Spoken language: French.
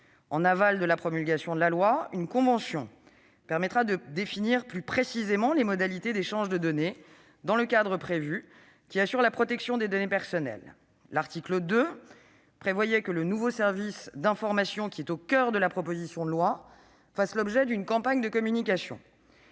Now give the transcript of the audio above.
En aval de la promulgation de la loi, une convention permettra de définir plus précisément les modalités d'échanges de données dans le cadre prévu, qui assure la protection des données personnelles. L'article 2 prévoyait que le nouveau service d'information qui est au coeur de cette proposition de loi fasse l'objet d'une campagne de communication.